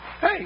Hey